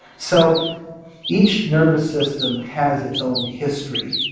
so each nervous system has its own history.